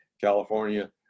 California